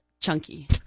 chunky